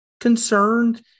concerned